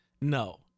no